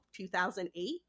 2008